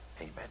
Amen